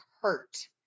hurt